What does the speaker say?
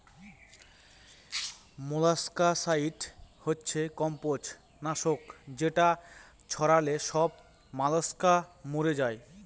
molluscicide হচ্ছে কম্বজ নাশক যেটা ছড়ালে সব মলাস্কা মরে যায়